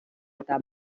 eta